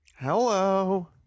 Hello